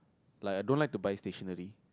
like I don't like to buy stationary